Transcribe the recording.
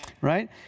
right